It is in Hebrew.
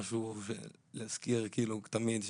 בשבוע שעבר ודיברנו המון על העניין הזה